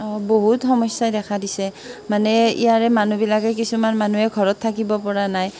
অঁ বহুত সমস্যাই দেখা দিছে মানে ইয়াৰে মানুহবিলাকে কিছুমান মানুহে ঘৰত থাকিব পৰা নাই